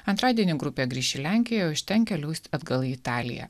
antradienį grupė grįš į lenkiją o iš ten keliaus atgal į italiją